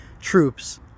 troops